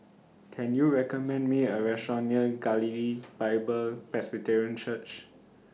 Can YOU recommend Me A Restaurant near Galilee Bible Presbyterian Church